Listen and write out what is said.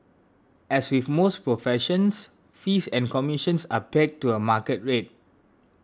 as with most professions fees and commissions are pegged to a market rate